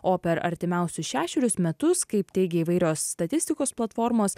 o per artimiausius šešerius metus kaip teigia įvairios statistikos platformos